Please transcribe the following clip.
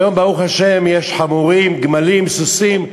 היום, ברוך השם, יש חמורים, גמלים, סוסים,